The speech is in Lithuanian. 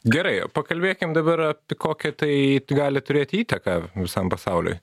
gerai pakalbėkim dabar apie kokią tai gali turėti įtaką visam pasauliui